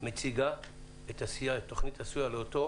מציגה את תוכנית הסיוע לאותו